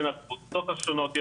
בין הקבוצות השונות,